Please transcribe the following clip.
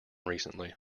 recently